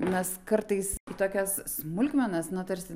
mes kartais tokias smulkmenas na tarsi